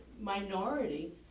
minority